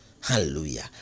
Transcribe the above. Hallelujah